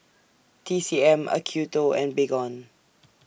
T C M Acuto and Baygon